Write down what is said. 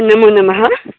नमोनमः